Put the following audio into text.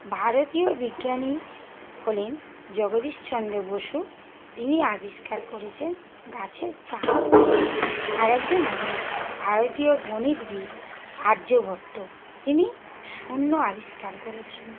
ভারতীয় বিজ্ঞানী হলেন জগদীশচন্দ্র বসু তিনি আবিষ্কার করেছেন গাছের প্রাণ আছে আর একজন হলেন ভারতীয় গণিতবিদ আর্যভট্ট তিনি শূন্য আবিষ্কার করেছেন